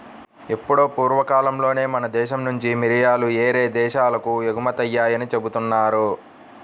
ఎప్పుడో పూర్వకాలంలోనే మన దేశం నుంచి మిరియాలు యేరే దేశాలకు ఎగుమతయ్యాయని జెబుతున్నారు